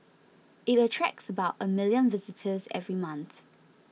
it attracts about a million visitors every month